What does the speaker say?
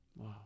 Wow